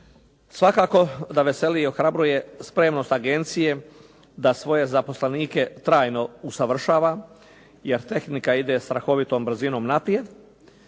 Svakako da veseli i ohrabruje spremnost agencije da svoje zaposlenike trajno usavršava jer tehnika ide strahovitom brzinom naprijed